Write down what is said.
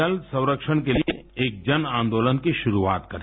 जल संस्क्षण के लिए एक जन आंदोलन की शुरूआत करें